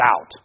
out